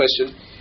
question